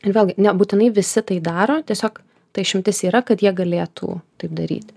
ir vėlgi nebūtinai visi tai daro tiesiog ta išimtis yra kad jie galėtų taip daryti